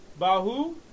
Bahu